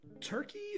Turkey